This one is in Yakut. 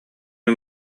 мин